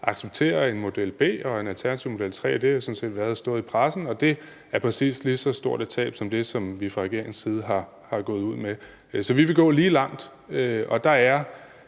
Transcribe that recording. acceptere en model B og en alternativ model 3. Det har sådan set stået i pressen, og det giver præcis lige så stort et tab som det, som vi fra regeringens side er gået ud med. Så vi vil gå lige langt,